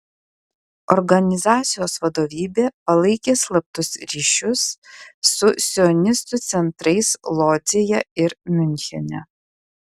organizacijos vadovybė palaikė slaptus ryšius su sionistų centrais lodzėje ir miunchene